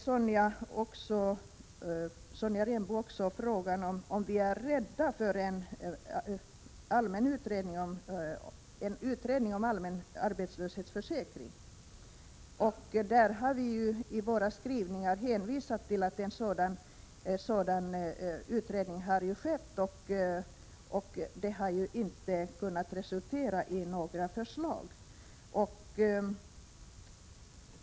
Sonja Rembo ställde frågan om vi är rädda för en utredning om allmän arbetslöshetsförsäkring. På det vill jag svara att vi i våra skrivningar har hänvisat till att en sådan utredning har skett. Denna utredning har emellertid inte resulterat i några förslag.